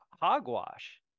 hogwash